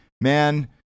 man